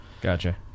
Gotcha